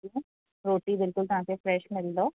ठीकु आहे रोटी बिल्कुलु तव्हांखे फ़्रैश मिलंदव